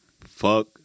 Fuck